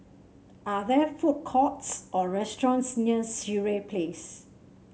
are there food courts or restaurants near Sireh Place